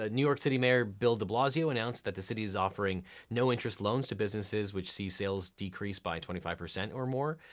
ah new york city mayor, bill de blasio announced that the city is offering no-interest loans to businesses which see sales decrease by twenty five percent or more.